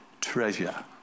treasure